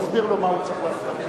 תסביר לו מה הוא צריך לעשות.